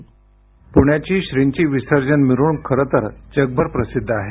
ध्वनी पुण्याची श्रींची विसर्जन मिरवणूक खरंतर जगभर प्रसिद्ध आहे